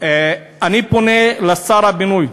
אני פונה לשר הבינוי,